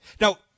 Now